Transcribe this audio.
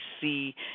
see